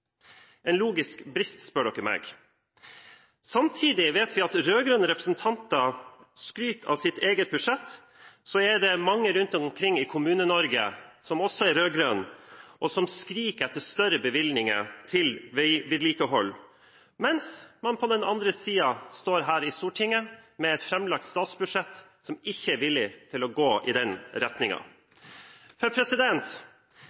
en logisk brist, spør dere meg. Samtidig som vi vet at rød-grønne representanter skryter av sitt eget budsjett, er det mange rundt omkring i Kommune-Norge som også er rød-grønne, og som skriker etter større bevilgninger til veivedlikehold – mens man på den andre siden står her i Stortinget med et framlagt statsbudsjett som ikke er villig til å gå i den